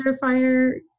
fire